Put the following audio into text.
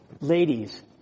ladies